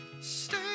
Stay